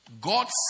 God's